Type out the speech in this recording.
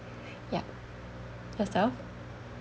yup yourself